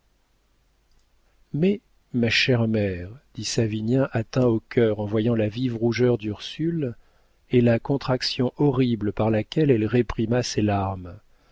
mais ma chère mère dit savinien atteint au cœur en voyant la vive rougeur d'ursule et la contraction horrible par laquelle elle réprima ses larmes